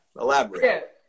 elaborate